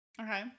Okay